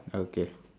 ya okay